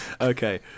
Okay